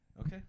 Okay